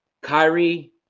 Kyrie